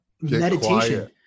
Meditation